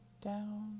down